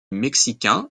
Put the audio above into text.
mexicain